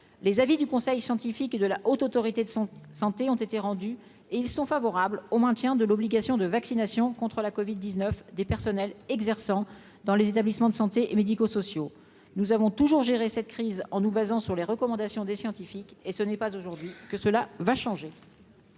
les avis du conseil scientifique de la Haute autorité de santé ont été rendus et ils sont favorables au maintien de l'obligation de vaccination contre la Covid 19 des personnels exerçant dans les établissements de santé et médico-sociaux, nous avons toujours géré cette crise, en nous basant sur les recommandations des scientifiques, et ce n'est pas aujourd'hui que cela va changer.